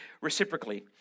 reciprocally